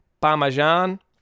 Parmesan